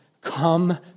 come